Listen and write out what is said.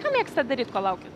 ką mėgstat daryt kol laukiat